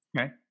Okay